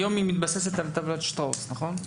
היום היא מתבססת על טבלת שטראוס, נכון?